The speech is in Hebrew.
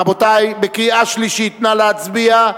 רבותי, בקריאה שלישית, נא להצביע.